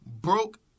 broke